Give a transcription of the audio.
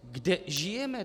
Kde žijeme?